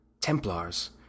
Templars